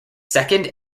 second